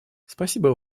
спасибо